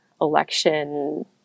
election